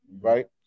right